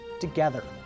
together